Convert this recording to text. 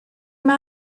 mae